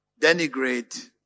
denigrate